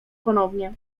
ponownie